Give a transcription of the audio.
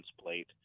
plate